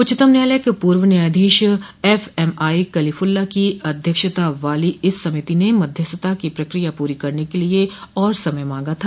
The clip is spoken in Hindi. उच्चतम न्यायालय के पूर्व न्यायाधीश एफएमआई कलीफुल्ला की अध्यक्षता वाली इस समिति ने मध्यस्थता की प्रक्रिया पूरी करने के लिए और समय मांगा था